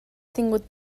detingut